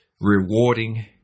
rewarding